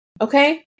Okay